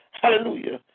hallelujah